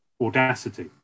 audacity